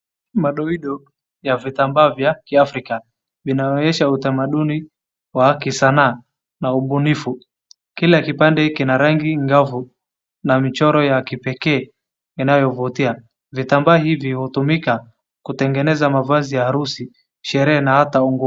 Madoido ya vitamba vya Kiafrika vinaonyesha utamanduni wa kisanaa na ubunifu. Kila kipande kina rangi ngavu na michoro ya kipekee inayovutia. Vitambaa hivi hutumika kutengeza mavazi ya harusi, sherehe na hata.